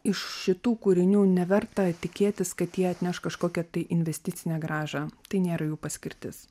iš šitų kūrinių neverta tikėtis kad jie atneš kažkokią tai investicinę grąžą tai nėra jų paskirtis